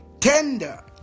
Tender